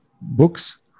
books